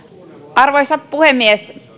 arvoisa puhemies